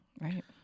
right